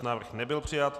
Návrh nebyl přijat.